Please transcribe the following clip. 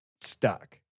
stuck